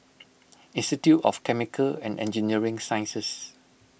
Institute of Chemical and Engineering Sciences